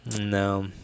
No